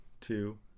two